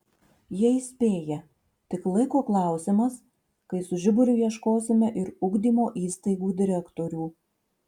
jie įspėja tik laiko klausimas kai su žiburiu ieškosime ir ugdymo įstaigų direktorių